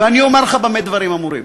ואני אומר לך במה דברים אמורים.